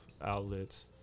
outlets